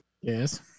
yes